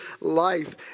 life